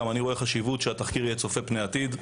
גם אני רואה חשיבות בכך שהתחקיר יהיה צופה פני העתיד.